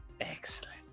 Excellent